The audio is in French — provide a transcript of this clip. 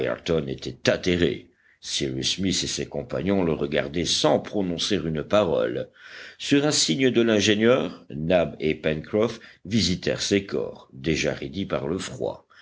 était atterré cyrus smith et ses compagnons le regardaient sans prononcer une parole sur un signe de l'ingénieur nab et pencroff visitèrent ces corps déjà raidis par le froid